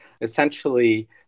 Essentially